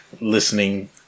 listening